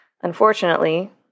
Unfortunately